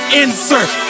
insert